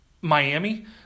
Miami